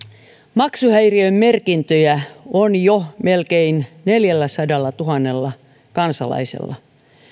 maksuhäiriömerkintöjä on jo melkein neljälläsadallatuhannella kansalaisella